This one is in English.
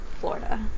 Florida